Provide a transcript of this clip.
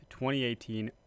2018